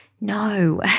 No